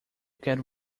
quero